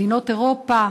מדינות אירופה,